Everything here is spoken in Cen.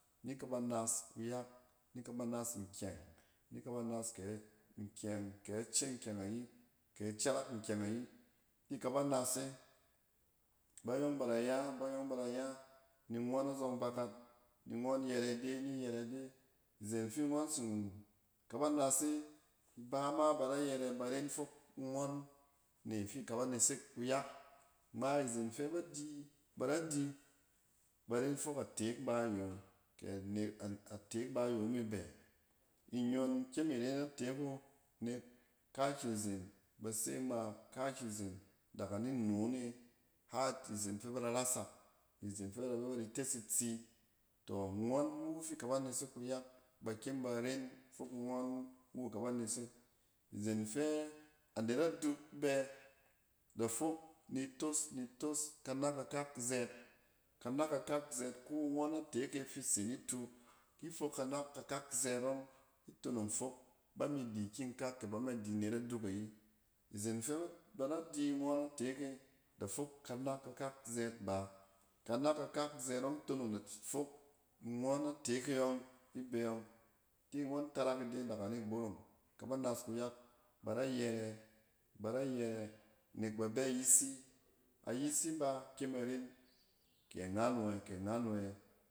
Ni kaba nas kuyak, ni kaba nas nkyɛng, ni kaba nas kɛ nkyɛng kɛ acen nkyɛng ayi, kɛ acerak nkyɛng ayi. Ki kaba nase bayɔng ba da ya, bayɔng bada ya ni ngɔn azɔng bakat. Ni ngɔn yɛrɛ ide ni yɛrɛ ide. Izen fi ngɔn tsin ka ba nase ibama ba da yɛre ba ren fok ngɔn ne fi ka ba nesek kuyak. Ngma izen fɛ ba di, ba da di ba ren fok a tek bayo kɛ net, a-atek bayo ami bɛ. Inyon kyem iren atek wu, nek kaakizen ba se ngma, kaakizen daga ni noon e har izen gɛ na da rasak, izen fɛ ba da bɛ ba di tes itsii. tɔ ngɔn wu fi ka ba nesek kuyak, ba kyem ba ren fok ngɔn wu ikaba nesek. Izen fɛ anet aduk bɛ da fok ni tos, ni tos kanak kakak, zɛɛt, kanak kakak zɛɛt. Ko ngɔn ateke fi se ni tu ki fok kanak kakak zɛɛt ɔng itonong fak, ba mi di ikying kak, kɛ ba mi di anet aduk ayi. Izen fɛ ba, bada dingɔn a tek e da fok kanak kakak zɛɛt ba. Kanak kakak zɛɛtɔng tonong da-fok ngɔn ateke yɔng ibɛ ɔng. Kingɔn tarak ide daga nigborom, ikaba nas kuyak, ba da yɛrɛ, bada yɛrɛ. Nek ba bɛ ayisi, ayisi ba kyem a ren kɛ angan yo ɛ, kɛ angan yo ɛ